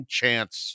chance